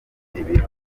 ibiro